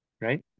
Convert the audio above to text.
Right